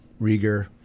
Rieger